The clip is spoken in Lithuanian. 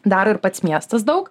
daro ir pats miestas daug